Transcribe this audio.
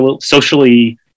socially